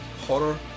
horror